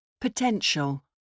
Potential